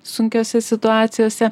sunkiose situacijose